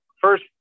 First